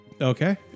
Okay